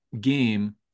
game